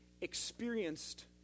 experienced